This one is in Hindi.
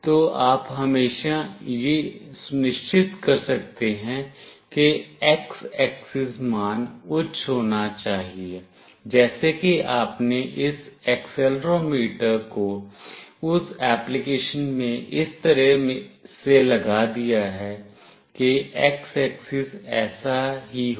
तो आप हमेशा यह सुनिश्चित कर सकते हैं कि x axis मान उच्च होना चाहिए जैसे कि आपने इस एक्सेलेरोमीटर को उस एप्लीकेशन में इस तरह से लगा दिया है कि x axis ऐसा ही हो